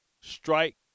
Strike